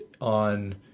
on